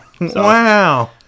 Wow